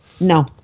No